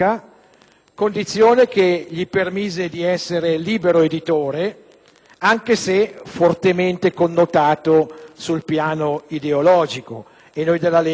condizione che gli permise di essere libero editore anche se fortemente connotato sul piano ideologico.